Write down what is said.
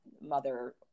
mother